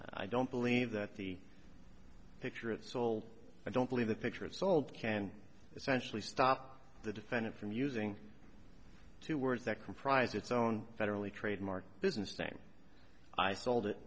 i don't believe that the picture it sold i don't believe the picture of sold can essentially stop the defendant from using two words that comprise it's own federally trademark business thing i sold it